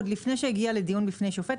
עוד לפני שזה הגיע לדיון בפני שופט,